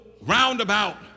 roundabout